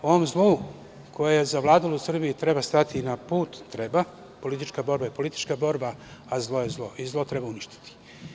Da ovom zlu koje je zavladalo u Srbiji treba stati na put treba, politička borba je politička borba, a zlo je zlo i zlo treba uništiti.